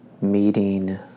meeting